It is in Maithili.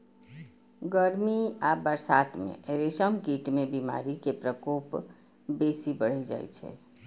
गर्मी आ बरसात मे रेशम कीट मे बीमारी के प्रकोप बेसी बढ़ि जाइ छै